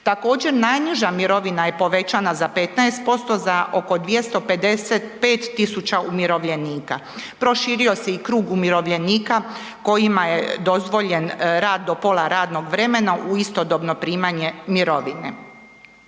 Također najniža mirovina je povećana za 15% za oko 255 000 umirovljenika. Proširio se i krug umirovljenika kojima je dozvoljen rad do pola radnog vremena u istodobno primanje mirovine.